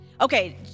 Okay